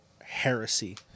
heresy